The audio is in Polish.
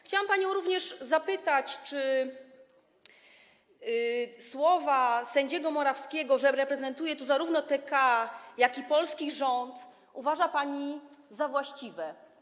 Chciałabym panią również zapytać, czy słowa sędziego Morawskiego, że reprezentuje tu zarówno TK, jak i polski rząd, uważa pani za właściwe.